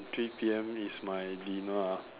three P_M is my dinner ah